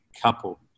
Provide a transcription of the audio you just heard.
couple